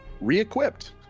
Re-equipped